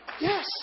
Yes